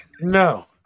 No